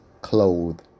clothed